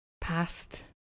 past